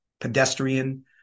pedestrian